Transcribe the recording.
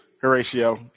Horatio